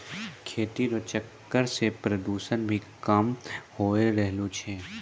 खेती रो चक्कर से प्रदूषण भी कम होय रहलो छै